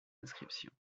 inscriptions